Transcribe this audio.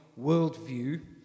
worldview